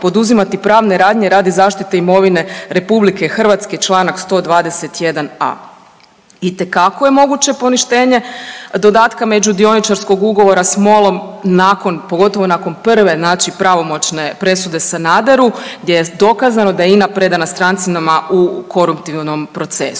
Itekako je moguće poništenje dodatne međudioničarskog ugovora s MOL-om nakon, pogotovo nakon prve znači pravomoćne presude Sanaderu gdje je dokazano da je INA predana strancima u koruptivnom procesu.